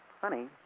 honey